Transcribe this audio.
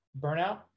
burnout